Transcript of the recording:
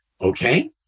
okay